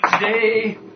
today